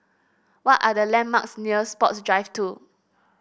what are the landmarks near Sports Drive Two